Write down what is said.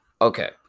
Okay